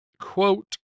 quote